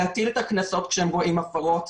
להטיל את הקנסות כשהם רואים הפרות,